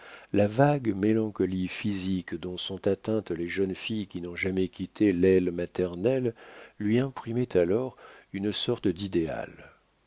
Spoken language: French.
la vague mélancolie physique dont sont atteintes les jeunes filles qui n'ont jamais quitté l'aile maternelle lui imprimait alors une sorte d'idéal